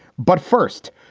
but first,